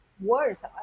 words